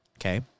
Okay